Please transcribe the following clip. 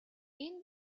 энэ